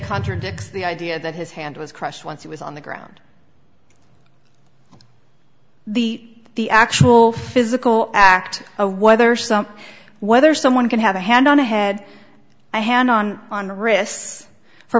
contradicts the idea that his hand was crushed once he was on the ground the the actual physical act of whether something whether someone can have a hand on the head i hand on on the wrists for